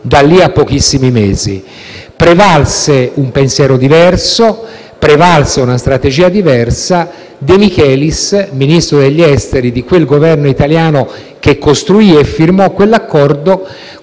da lì a pochissimi mesi. Prevalsero un pensiero diverso e una strategia diversa e De Michelis, ministro degli esteri del Governo italiano che costruì e firmò quell'accordo,